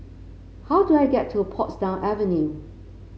how do I get to Portsdown Avenue